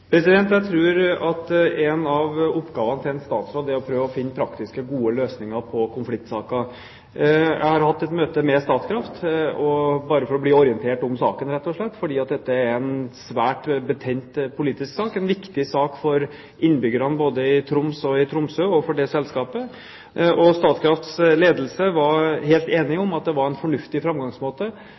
er å prøve å finne praktiske, gode løsninger på konfliktsaker. Jeg har hatt et møte med Statkraft bare for å bli orientert om saken rett og slett, fordi dette er en svært betent politisk sak, en viktig sak for innbyggerne både i Troms og i Tromsø og for det selskapet. Statkrafts ledelse var helt enig i at det var en fornuftig framgangsmåte